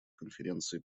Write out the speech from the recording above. конференции